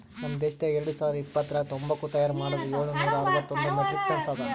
ನಮ್ ದೇಶದಾಗ್ ಎರಡು ಸಾವಿರ ಇಪ್ಪತ್ತರಾಗ ತಂಬಾಕು ತೈಯಾರ್ ಮಾಡದ್ ಏಳು ನೂರಾ ಅರವತ್ತೊಂದು ಮೆಟ್ರಿಕ್ ಟನ್ಸ್ ಅದಾ